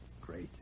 Great